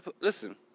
listen